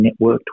networked